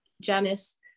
Janice